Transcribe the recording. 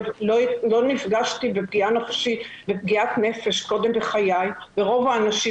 לא נפגשתי בפגיעת נפש קודם בחיי ורוב האנשים